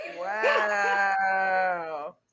Wow